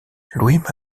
louis